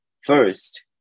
First